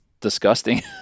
disgusting